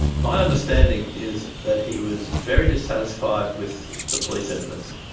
my understanding is that he was very dissatisfied with the police evidence.